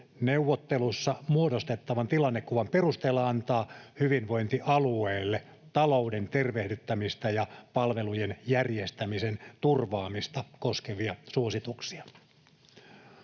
neuvottelussa muodostettavan tilannekuvan perusteella antaa hyvinvointialueelle talouden tervehdyttämistä ja palvelujen järjestämisen turvaamista koskevia suosituksia.